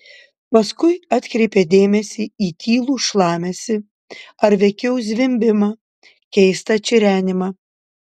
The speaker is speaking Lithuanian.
paskui atkreipė dėmesį į tylų šlamesį ar veikiau zvimbimą keistą čirenimą